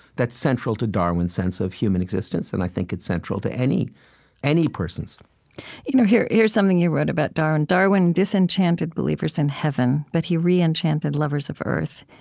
that's central to darwin's sense of human existence, and i think it's central to any any person's you know here's here's something you wrote about darwin darwin disenchanted believers in heaven, but he reenchanted lovers of earth.